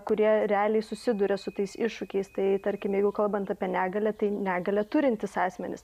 kurie realiai susiduria su tais iššūkiais tai tarkim jeigu kalbant apie negalią tai negalią turintys asmenys